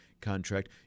contract